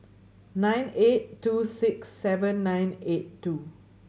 nine eight two six seven nine eight two